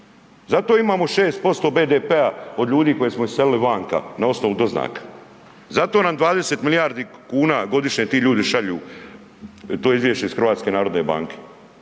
Zato imamo 6% BDP-a od ljudi koje smo iselili vanka na osnovu doznaka. Zato nam 20 milijardi kuna godišnje ti ljudi šalju to izvješće iz HNB-a. Zato šta